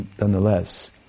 nonetheless